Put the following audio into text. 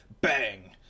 Bang